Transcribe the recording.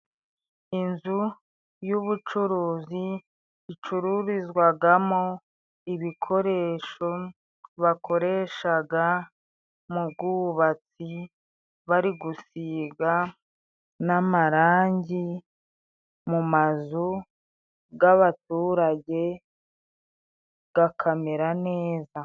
Inzu y'ubucuruzi icururizwagamo ibikoresho; bakoreshaga mu bwubatsi, bari gusiga namarangi mu mazu gabaturage gakamera neza.